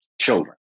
children